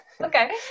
okay